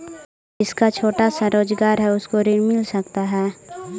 जिसका छोटा सा रोजगार है उसको ऋण मिल सकता है?